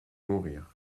mourir